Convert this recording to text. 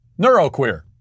Neuroqueer